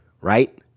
right